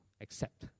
accept